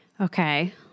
Okay